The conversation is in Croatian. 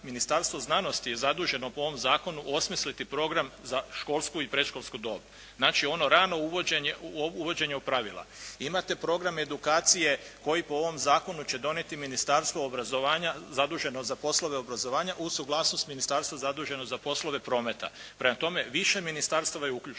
Ministarstvo znanosti je zaduženo po ovom zakonu osmisliti program za školsku i predškolsku dob. Znači ono rano uvođenje u pravila. Imate program edukacije koji po ovom zakonu će donijeti Ministarstvo obrazovanja, zaduženo za poslove obrazovanja uz suglasnost Ministarstva zaduženo za poslove prometa, prema tome, više ministarstava je uključeno.